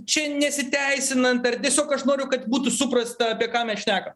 čia nesiteisinant ar tiesiog aš noriu kad būtų suprasta apie ką mes šneka